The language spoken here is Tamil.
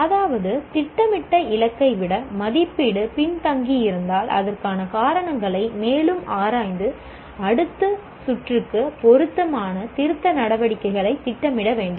அதாவது திட்டமிடப்பட்ட இலக்கை விட மதிப்பீடு பின்தங்கியிருந்தால் அதற்கான காரணங்களை மேலும் ஆராய்ந்து அடுத்த சுற்றுக்கு பொருத்தமான திருத்த நடவடிக்கைகளைத் திட்டமிட வேண்டும்